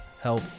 help